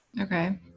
Okay